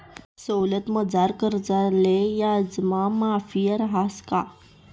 सवलतमझार कर्जदारले याजमा माफी रहास का?